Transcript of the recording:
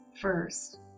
first